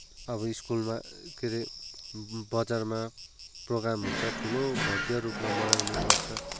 अब स्कुलमा के अरे बजारमा प्रोग्राम हुन्छ ठुलो भव्य रूपमा मनाउने गर्छ